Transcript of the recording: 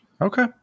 Okay